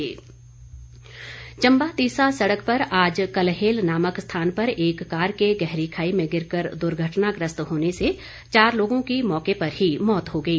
दुर्घटना चंबा तीसा सड़क पर आज कलहेल नामक स्थान पर एक कार के गहरी खाई में गिरकर दुर्घटनाग्रस्त होने से चार लोगों की मौके पर ही मौत हो गई